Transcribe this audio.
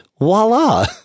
voila